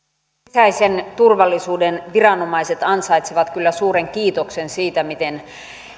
sisäisen turvallisuuden viranomaiset ansaitsevat kyllä suuren kiitoksen siitä miten